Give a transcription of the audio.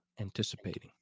anticipating